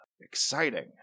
exciting